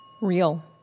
Real